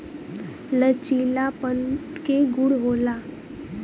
लचीलापन के गुण होला